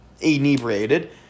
inebriated